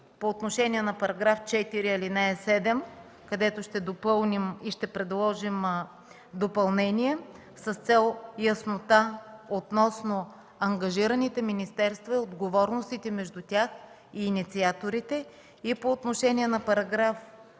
по отношение на § 4, ал. 7, където ще предложим допълнение с цел яснота относно ангажираните министерства и отговорностите между тях и инициаторите; по отношение на §